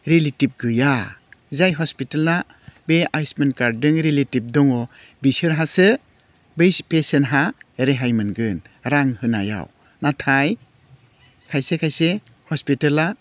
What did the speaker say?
relative गैया जाय हस्पिताला बे आयुस्मान कार्दजों रिलेटिभ दङ बिसोरहासो बै पेसियेन्टहा रेहाय मोनगोन रां होनायाव नाथाय खायसे खायसे हस्पिताला